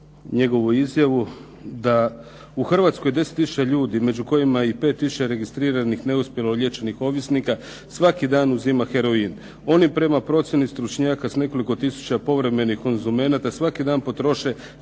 njegovu izjavu da u Hrvatskoj 10 tisuća ljudi, među kojima i 5 tisuća registriranih, neuspjelo liječenih ovisnika svaki dan uzima heroin. Oni prema procjeni stručnjaka s nekoliko tisuća povremenih konzumenata svaki dan potroše